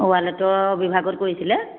ৱালেটৰ বিভাগত কৰিছিলে